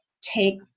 Take